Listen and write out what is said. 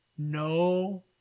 no